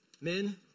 Men